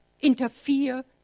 interfere